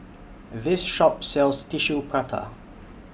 This Shop sells Tissue Prata